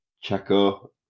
Chaco